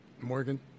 Morgan